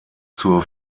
zur